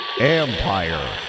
Empire